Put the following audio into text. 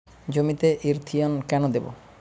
জমিতে ইরথিয়ন কেন দেবো?